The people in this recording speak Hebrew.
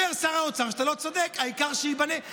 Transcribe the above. אומר שר האוצר שאתה לא צודק, העיקר שייבנה.